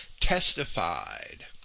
testified